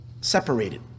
separated